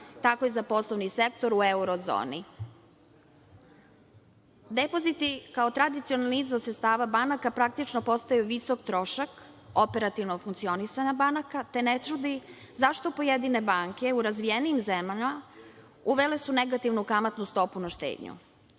tako i za poslovni sektor u evro zoni. Depoziti kao tradicionalni izvor sredstava banaka praktično postaju visok trošak operativnog funkcionisanja banaka, te ne čudi zašto su pojedine banke u razvijenijim zemljama uvele negativnu kamatnu stopu na štednju.